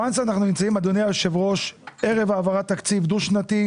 אנחנו נמצאים אדוני היושב-ראש ערב העברת תקציב דו-שנתי.